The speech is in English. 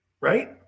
Right